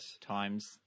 times